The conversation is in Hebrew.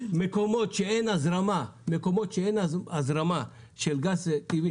במקומות שאין הזרמה של גז טבעי,